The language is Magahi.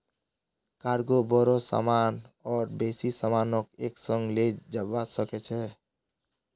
कार्गो बोरो सामान और बेसी सामानक एक संग ले जव्वा सक छ